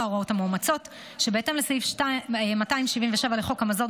ההוראות המאומצות שבהתאם לסעיף 277 לחוק המזון,